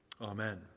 Amen